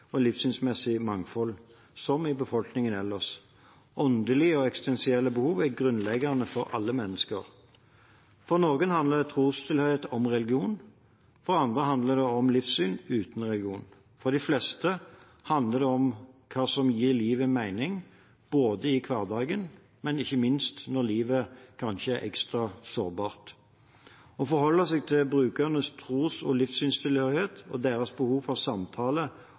og livssynsmessig mangfold, som i befolkningen ellers. Åndelige og eksistensielle behov er grunnleggende for alle mennesker. For noen handler trostilhørighet om religion. For andre handler det om livssyn uten religion. For de fleste handler det om hva som gir livet mening, både i hverdagen og ikke minst når livet kanskje er ekstra sårbart. Å forholde seg til brukernes tros- og livssynstilhørighet og deres behov for